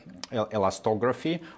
elastography